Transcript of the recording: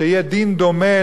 שיהיה דין דומה,